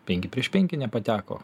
penki prieš penki nepateko